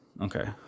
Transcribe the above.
Okay